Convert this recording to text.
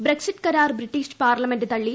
Brexit കരാർ British parliament തള്ളി